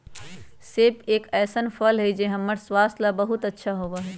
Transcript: सेब एक ऐसन फल हई जो हम्मर स्वास्थ्य ला बहुत अच्छा होबा हई